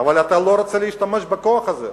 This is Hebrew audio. אבל אתה לא רוצה להשתמש בכוח הזה.